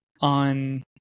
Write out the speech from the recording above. on